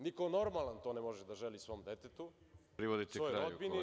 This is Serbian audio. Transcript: Niko normalan to ne može da želi svom detetu, svojoj rodbini…